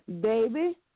baby